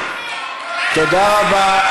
תודה רבה.